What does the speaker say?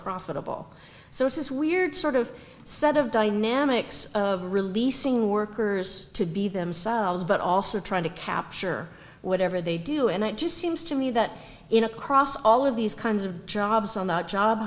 profitable so it's this weird sort of set of dynamics of releasing workers to be themselves but also trying to capture whatever they do and it just seems to me that in across all of these kinds of jobs on the job